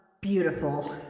beautiful